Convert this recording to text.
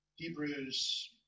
Hebrews